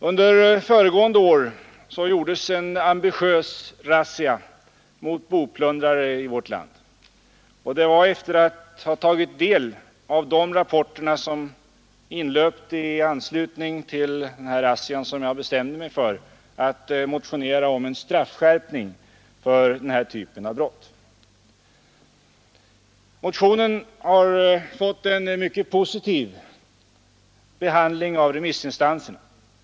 Under föregående år gjordes en ambitiös razzia mot boplundrare i vårt land, och det var efter att ha tagit del av de rapporter som inlöpte i anslutning till denna razzia som jag bestämde mig för att motionera om en straffskärpning för den här typen av brott. Motionen har fått en mycket positiv behandling av remissinstanserna.